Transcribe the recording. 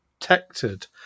protected